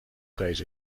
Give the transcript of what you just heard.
vrees